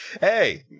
Hey